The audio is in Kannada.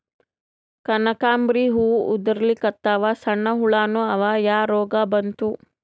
ಕನಕಾಂಬ್ರಿ ಹೂ ಉದ್ರಲಿಕತ್ತಾವ, ಸಣ್ಣ ಹುಳಾನೂ ಅವಾ, ಯಾ ರೋಗಾ ಬಂತು?